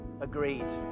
agreed